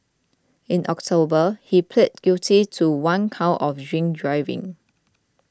in October he pleaded guilty to one count of drink driving